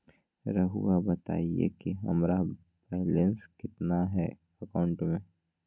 रहुआ बताएं कि हमारा बैलेंस कितना है अकाउंट में?